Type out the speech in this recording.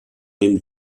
den